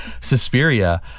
Suspiria